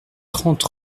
trente